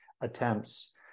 attempts